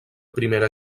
primera